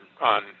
on